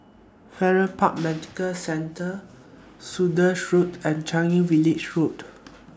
Farrer Park Medical Centre Saunders Road and Changi Village Road